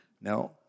no